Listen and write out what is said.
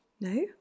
No